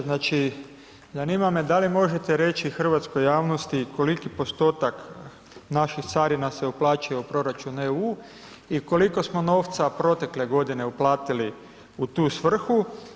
Zanima me da li možete reći hrvatskoj javnosti koliki postotak naših carina se uplaćuje u proračun EU i koliko smo novca protekle godine uplatili u tu svrhu?